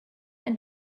and